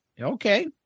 okay